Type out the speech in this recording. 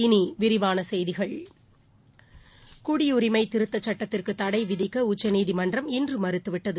இனி விரிவான செய்திகள் குடியுரிமை திருத்தச் சட்டத்திற்கு தடை விதிக்க உச்சநீதிமன்றம் இன்று மறுத்துவிட்டது